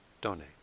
donate